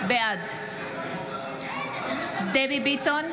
בעד דבי ביטון,